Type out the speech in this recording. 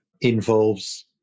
involves